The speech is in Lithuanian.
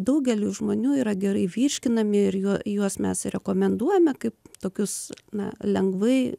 daugeliui žmonių yra gerai virškinami ir juo juos mes rekomenduojame kaip tokius na lengvai